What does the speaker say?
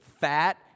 fat